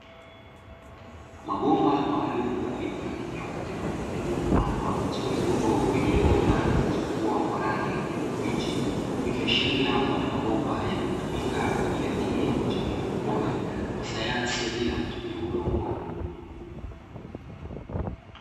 Mabomba maalumu yenye rangi nyeupe, iliyopadwa miche midogo iliyoota na kuchipua kwa rangi ya kijani kibichi, ikiashiria kuwa ni mabomba yanayotumika kwa ajili ya kilimo cha haidroponi, kwa sayansi ya bila kutumia udongo.